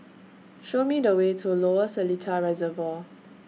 Show Me The Way to Lower Seletar Reservoir